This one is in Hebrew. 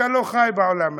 אתה לא חי בעולם הזה.